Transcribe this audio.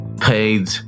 paid